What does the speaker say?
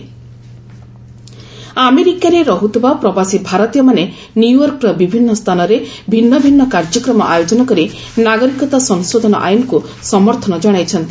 US CAA ଆମେରିକାରେ ରହୁଥିବା ପ୍ରବାସୀ ଭାରତୀୟମାନେ ନ୍ୟୁୟର୍କର ବିଭିନ୍ନ ସ୍ଥାନରେ ଭିନ୍ନ ଭିନ୍ନ କାର୍ଯ୍ୟକ୍ରମ ଆୟୋଜନ କରି ନାଗରିକତା ସଂଶୋଧନ ଆଇନକ୍ ସମର୍ଥନ ଜଣାଇଛନ୍ତି